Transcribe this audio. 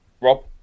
Rob